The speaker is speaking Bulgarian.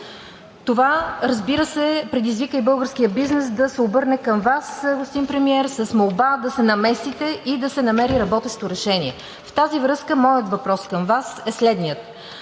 Това, разбира се, предизвика и българският бизнес да се обърне към Вас, господин Премиер, с молба да се намесите и да се намери работещо решение. В тази връзка моят въпрос към Вас е следният: